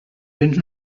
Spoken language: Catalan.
béns